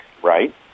Right